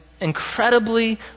incredibly